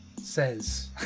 Says